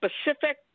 specific